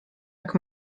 jak